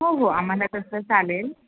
हो हो आम्हाला तसं चालेल